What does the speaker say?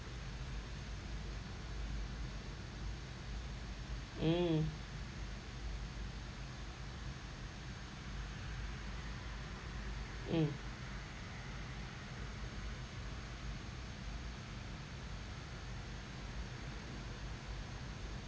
mm mm